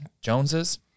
Joneses